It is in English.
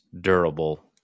durable